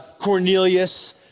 Cornelius